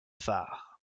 phare